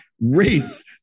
rates